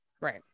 Right